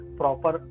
proper